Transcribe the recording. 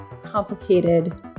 complicated